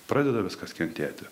pradeda viskas kentėti